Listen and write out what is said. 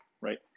Right